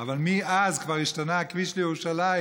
אבל מאז כבר השתנה הכביש לירושלים.